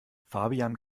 fabian